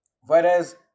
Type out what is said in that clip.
whereas